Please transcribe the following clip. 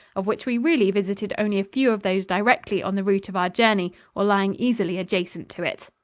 of which we really visited only a few of those directly on the route of our journey or lying easily adjacent to it.